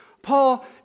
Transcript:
Paul